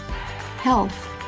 Health